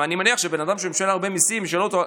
אני מניח שבן אדם שמשלם הרבה מיסים, ישאלו אותו: